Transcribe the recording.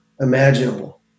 imaginable